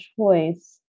choice